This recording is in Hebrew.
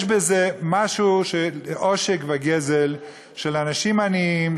יש בזה משהו של עושק וגזל של אנשים עניים,